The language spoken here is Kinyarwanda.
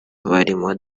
barimo